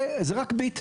וזה רק "ביט".